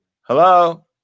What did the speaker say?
Hello